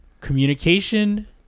Communication